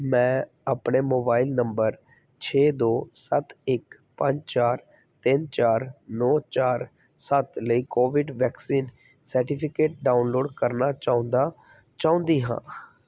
ਮੈਂ ਆਪਣੇ mobile number ਛੇ ਦੋ ਸੱਤ ਇੱਕ ਪੰਜ ਚਾਰ ਤਿੰਨ ਚਾਰ ਨੌਂ ਚਾਰ ਸੱਤ ਲਈ ਕੋਵਿੰਡ ਵੈਕਸੀਨ ਸਰਟੀਫਿਕੇਟ ਡਾਊਨਲੋਡ ਕਰਨਾ ਚਾਹੁੰਦਾ ਚਾਹੁੰਦੀ ਹਾਂ